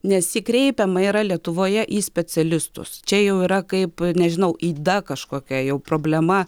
nesikreipiama yra lietuvoje į specialistus čia jau yra kaip nežinau yda kažkokia jau problema